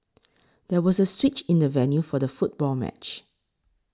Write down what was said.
there was a switch in the venue for the football match